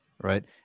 Right